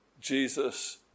Jesus